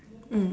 mm